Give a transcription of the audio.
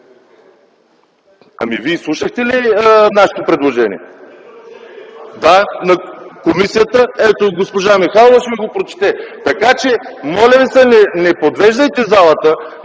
Вие слушахте ли нашето предложение, на комисията? Госпожа Михайлова ще Ви го прочете. Така че моля Ви, не подвеждайте залата,